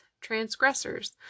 transgressors